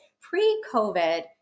pre-COVID